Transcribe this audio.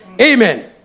Amen